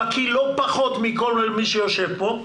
בקי לא פחות מכל מי שיושב פה,